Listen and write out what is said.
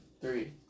Three